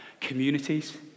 communities